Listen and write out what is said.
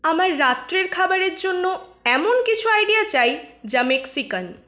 আমার রাত্রের খাবারের জন্য এমন কিছু আইডিয়া চাই যা মেক্সিকান